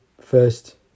first